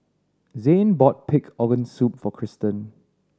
Zhane bought pig organ soup for Tristan